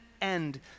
end